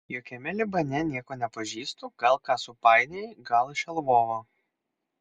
jokiame libane nieko nepažįstu gal ką supainiojai gal iš lvovo